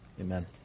Amen